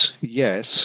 yes